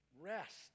rest